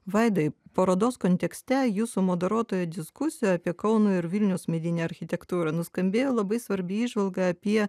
vaidai parodos kontekste jūsų moderuotoje diskusijoj apie kauno ir vilniaus medinę architektūrą nuskambėjo labai svarbi įžvalga apie